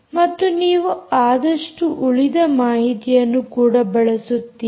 ಮತ್ತು ನೀವು ಆದಷ್ಟು ಉಳಿದ ಮಾಹಿತಿಯನ್ನು ಕೂಡ ಬಳಸುತ್ತೀರಿ